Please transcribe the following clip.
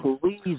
please